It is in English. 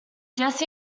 jesse